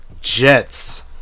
Jets